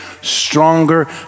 stronger